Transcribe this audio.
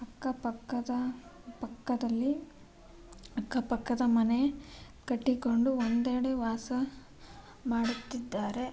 ಅಕ್ಕಪಕ್ಕದ ಪಕ್ಕದಲ್ಲಿ ಅಕ್ಕಪಕ್ಕದ ಮನೆ ಕಟ್ಟಿಕೊಂಡು ಒಂದೆಡೆ ವಾಸ ಮಾಡುತ್ತಿದ್ದಾರೆ